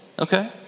Okay